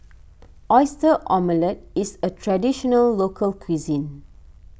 Oyster Omelette is a Traditional Local Cuisine